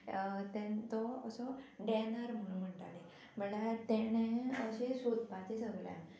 देन तो असो डॅनर म्हणटाले म्हणल्यार तेणें अशें सोदपाचें सगल्यांक